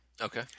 Okay